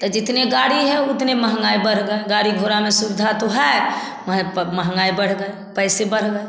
त जितने गाड़ी है उतने महँगाई बढ़ गए गाड़ी घोड़ा में सुवधा तो है वहें पर महँगाई बढ़ गए पैसा बढ़ गए